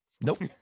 Nope